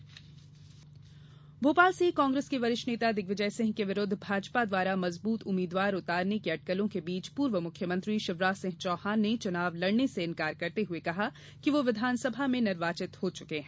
शिवराज सिंह चौहान भोपाल से कांग्रेस के वरिष्ठ नेता दिग्विजय सिंह के विरुद्ध भाजपा द्वारा मजबूत उम्मीदवार उतारने की अटकलों के बीच पूर्व मुख्यमंत्री शिवराज सिंह चौहान ने चुनाव लड़ने से इन्कार करते हुए कहा कि वह विधानसभा में निर्वाचित हो चुके हैं